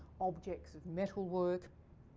objects of metalwork.